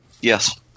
Yes